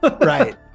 right